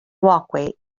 walkway